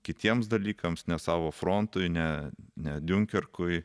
kitiems dalykams ne savo frontui ne ne diunkerkui